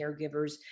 caregivers